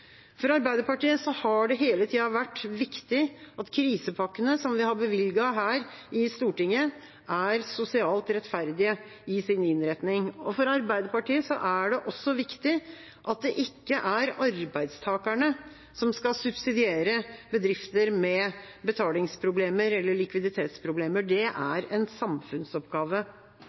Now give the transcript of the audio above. For Arbeiderpartiet har det hele tida vært viktig at krisepakkene som vi har bevilget her i Stortinget, er sosialt rettferdige i sin innretning. For Arbeiderpartiet er det også viktig at det ikke er arbeidstakerne som skal subsidiere bedrifter med betalingsproblemer – eller likviditetsproblemer – det er en samfunnsoppgave.